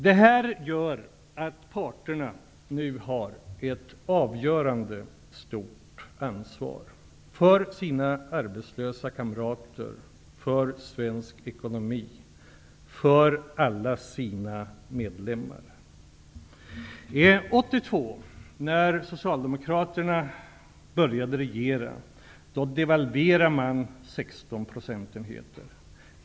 Detta betyder att arbetsmarknadsparterna har ett avgörande, stort ansvar för sina arbetslösa kamrater, för svensk ekonomi och för alla sina medlemmar. År 1982, när Socialdemokraterna började regera, devalverades den svenska kronon med 16 procentenheter.